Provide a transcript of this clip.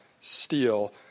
steel